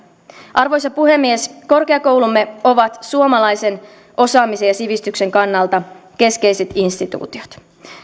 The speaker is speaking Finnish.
arvoisa puhemies korkeakoulumme ovat suomalaisen osaamisen ja sivistyksen kannalta keskeiset instituutiot